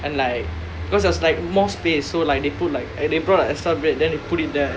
and like because there was like more space so like they put like and they brought and extra bed then they put it there